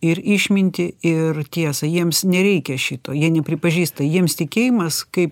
ir išmintį ir tiesą jiems nereikia šito jie nepripažįsta jiems tikėjimas kaip